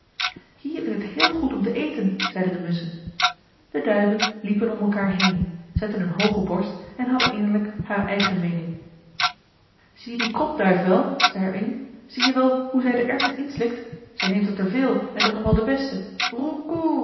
hier is het heel goed om te eten zeiden de musschen de duiven liepen om elkaar heen zetten een hooge borst en hadden innerlijk haar eigene meening zie je die kropduif wel zei er een zie je wel hoe zij de erwten inslikt zij neemt er te veel en dat nog wel de beste